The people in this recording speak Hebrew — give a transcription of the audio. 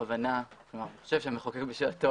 אני חושב שהמחוקק בשעתו,